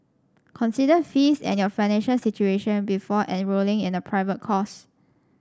consider fees and your financial situation before enrolling in a private course